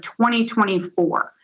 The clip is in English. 2024